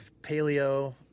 paleo